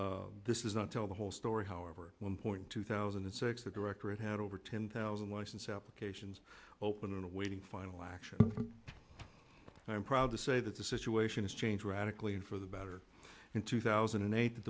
this is not tell the whole story however one point two thousand and six the directorate had over ten thousand license applications open awaiting final action and i'm proud to say that the situation has changed radically and for the better in two thousand a